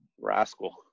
Rascal